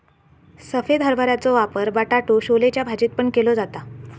सफेद हरभऱ्याचो वापर बटाटो छोलेच्या भाजीत पण केलो जाता